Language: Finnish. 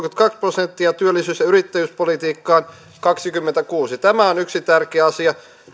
kolmekymmentäkaksi prosenttia ja työllisyys ja yrittäjyyspolitiikkaan kaksikymmentäkuusi tämä on yksi tärkeä asia